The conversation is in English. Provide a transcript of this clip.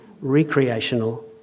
recreational